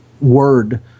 word